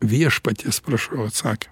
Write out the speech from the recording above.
viešpaties prašau atsaky